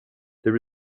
there